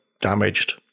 damaged